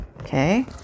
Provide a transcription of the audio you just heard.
Okay